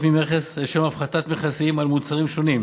ממכס ולשם הפחתת מכסים על מוצרים שונים.